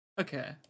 Okay